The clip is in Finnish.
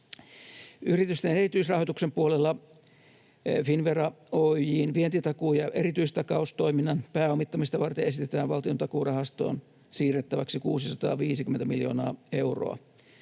Yritysten erityisrahoituksen puolella Finnvera Oyj:n vientitakuu- ja erityistakaustoiminnan pääomittamista varten esitetään Valtiontakuurahastoon siirrettäväksi 650 miljoonaa euroa.